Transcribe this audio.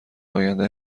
آینده